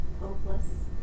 Hopeless